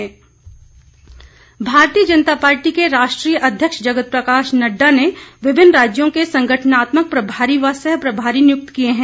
प्रभारी भारतीय जनता पार्टी के राष्ट्रीय अध्यक्ष जगत प्रकाश नडडा ने विभिन्न राज्यों के संगठनात्मक प्रभारी व सहप्रभारी नियुक्त किए हैं